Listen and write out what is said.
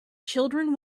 children